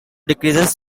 decreases